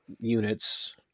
units